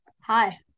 Hi